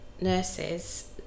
nurses